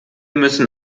müssen